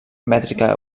mètrica